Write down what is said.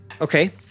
Okay